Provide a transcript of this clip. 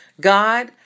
God